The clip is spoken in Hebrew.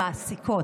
הן מעסיקות.